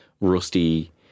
rusty